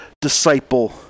disciple